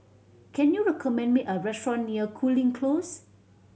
can you recommend me a restaurant near Cooling Close